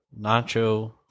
Nacho